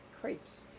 crepes